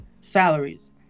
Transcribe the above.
salaries